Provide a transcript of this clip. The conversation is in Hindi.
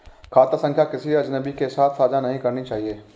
खाता संख्या किसी अजनबी के साथ साझा नहीं करनी चाहिए